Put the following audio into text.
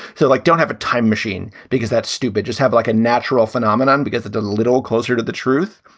so, like, don't have a time machine because that's stupid. just have like a natural phenomenon because it's a little closer to the truth.